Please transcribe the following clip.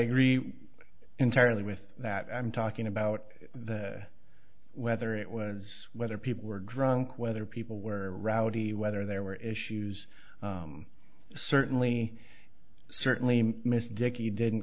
agree entirely with that i'm talking about whether it was whether people were drunk whether people were rowdy whether there were issues certainly certainly miss dickie didn't